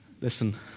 Listen